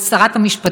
על איילת שקד,